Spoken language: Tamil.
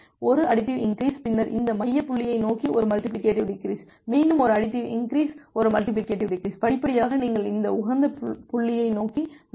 ஒரு அடிட்டிவ் இன்கிரீஸ் பின்னர் இந்த மைய புள்ளியை நோக்கி ஒரு மல்டிபிலிகேடிவ் டிகிரிஸ் மீண்டும் ஒரு அடிட்டிவ் இன்கிரீஸ் ஒரு மல்டிபிலிகேடிவ் டிகிரிஸ் படிப்படியாக நீங்கள் இந்த உகந்த புள்ளியை நோக்கி நகரும்